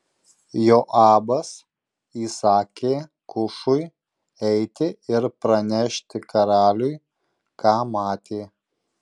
joabas įsakė kušui eiti ir pranešti karaliui ką matė